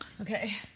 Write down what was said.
okay